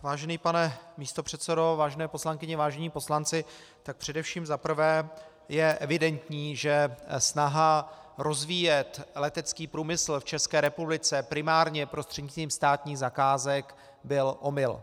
Vážený pane místopředsedo, vážené poslankyně, vážení poslanci, tak především za prvé je evidentní, že snaha rozvíjet letecký průmysl v České republice primárně prostřednictvím státních zakázek byl omyl.